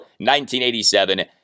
1987